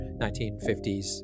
1950s